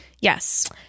Yes